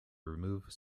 remove